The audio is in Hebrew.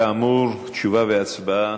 כאמור, תשובה והצבעה